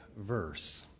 verse